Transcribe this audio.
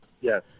Yes